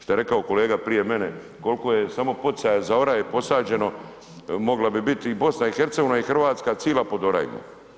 Šta je rekao kolega prije mene, koliko je samo poticaje za oraje posađeno mogla bi biti i BiH i Hrvatska cila pod orajima.